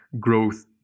growth